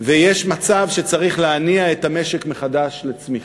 ויש מצב שצריך להניע את המשק מחדש לצמיחה.